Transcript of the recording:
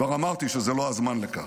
כבר אמרתי שזה לא הזמן לכך,